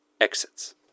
Exits